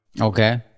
Okay